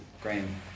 Graham